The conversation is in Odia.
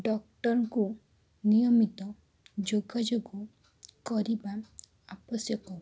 ଡକ୍ଟରଙ୍କୁ ନିୟମିତ ଯୋଗାଯୋଗ କରିବା ଆବଶ୍ୟକ